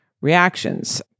reactions